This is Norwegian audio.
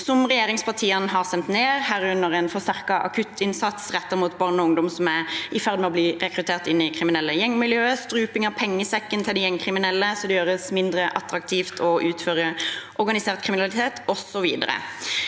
som regjeringspartiene har stemt ned, herunder en forsterket akuttinnsats rettet mot barn og ungdom som er i ferd med å bli rekruttert inn i kriminelle gjengmiljøer, og struping av pengesekken til de gjengkriminelle så det gjøres mindre attraktivt å utføre organisert kriminalitet, osv.